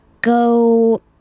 go